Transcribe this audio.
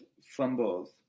fumbles